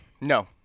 No